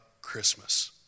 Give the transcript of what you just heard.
Christmas